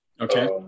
Okay